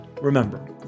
remember